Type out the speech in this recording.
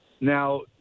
Now